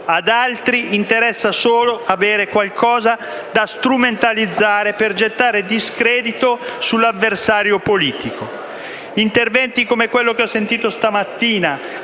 Ad altri interessa solo avere qualcosa da strumentalizzare, per gettare discredito sull'avversario politico. Interventi come quello che ho sentito questa mattina